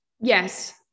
yes